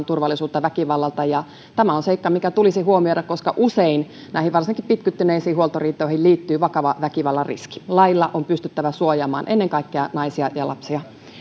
turvallisuutta väkivallalta ja tämä on seikka mikä tulisi huomioida koska usein näihin varsinkin pitkittyneisiin huoltoriitoihin liittyy vakava väkivallan riski lailla on pystyttävä suojaamaan ennen kaikkea naisia ja lapsia